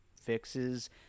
fixes